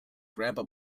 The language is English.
grandpa